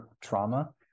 trauma